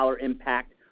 impact